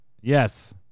Yes